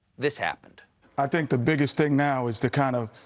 this happened i think the biggest thing now is to kind of,